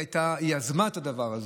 היא יזמה את הדבר הזה,